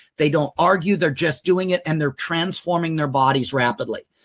they don't argue. they're just doing it and their transforming their bodies rapidly.